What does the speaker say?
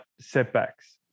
setbacks